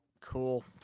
Cool